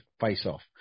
face-off